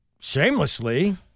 shamelessly